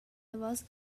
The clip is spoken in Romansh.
davos